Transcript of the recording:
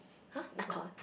!huh! Nakhon